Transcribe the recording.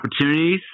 opportunities